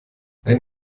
ein